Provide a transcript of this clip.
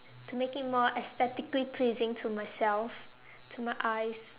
to make it more aesthetically pleasing to myself to my eyes